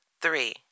three